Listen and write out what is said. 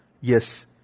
Yes